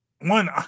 one